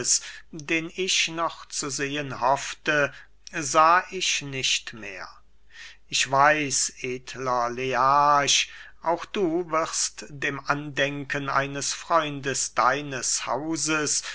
den ich noch zu sehen hoffte sah ich nicht mehr ich weiß edler learch auch du wirst dem andenken eines freundes deines hauses